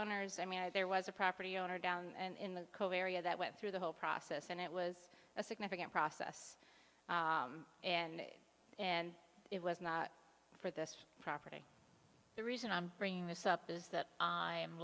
owners i mean there was a property owner down in the area that went through the whole process and it was a significant process and and it was not for this property the reason i'm bringing this up is that i